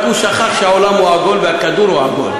רק שהוא שכח שהעולם הוא עגול והכדור הוא עגול.